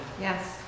Yes